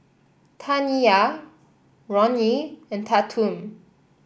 Taniyah Ronnie and Tatum